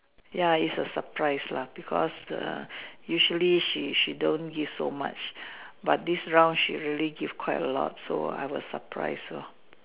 ya is a surprise lah because usually she she don't give so much but this round she really give a quite lot so I was really surprise lah